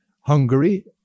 Hungary